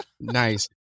Nice